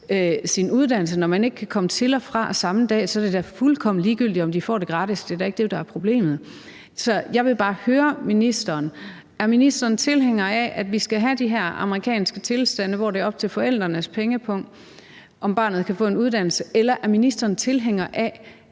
sin uddannelse? Når man ikke kan komme til og fra samme dag, er det da fuldkommen ligegyldigt, om de får det gratis – det er da ikke det, der er problemet. Så jeg vil bare høre ministeren: Er ministeren tilhænger af, at vi skal have de her amerikanske tilstande, hvor det er op til forældrenes pengepung, om barnet kan få en uddannelse, eller er ministeren tilhænger af,